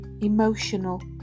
emotional